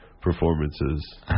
performances